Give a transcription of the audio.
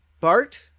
Bart